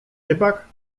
rybak